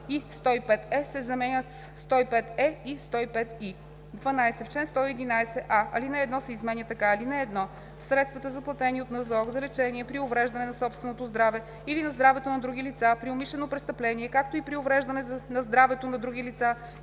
„и 105е“ се заменят със „105е и 105и“. 12. В чл. 111: а) алинея 1 се изменя така: „(1) Средствата, заплатени от НЗОК за лечение при увреждане на собственото здраве или на здравето на други лица при умишлено престъпление, както и при увреждане на здравето на други лица,